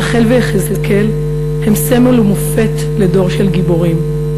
רחל ויחזקאל הם סמל ומופת לדור של גיבורים.